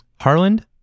Harland